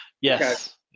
Yes